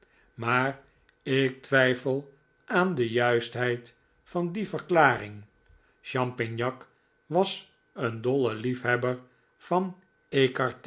maar ik twijfel aan de juistheid van deze verklaring champignac was een dolle liefhebber van